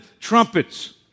trumpets